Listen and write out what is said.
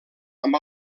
amb